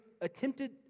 attempted